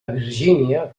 virgínia